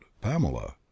pamela